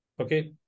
okay